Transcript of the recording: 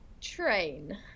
train